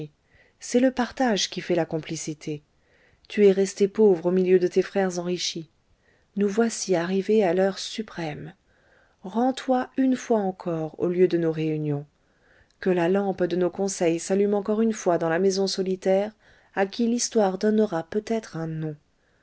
c'est le partage qui fait la complicité tu es resté pauvre au milieu de tes frères enrichis nous voici arrivés à l'heure suprême rends-toi une fois encore au lieu de nos réunions que la lampe de nos conseils s'allume encore une fois dans la maison solitaire à qui l'histoire donnera peut-être un nom